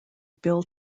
bill